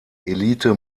elite